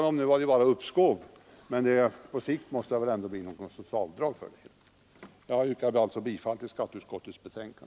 Nu talas det visserligen bara om uppskov, men på sikt måste det väl ändå bli något slags avdrag. Jag yrkar bifall till skatteutskottets hemställan.